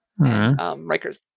rikers